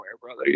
brother